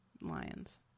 lions